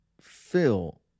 fill